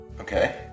okay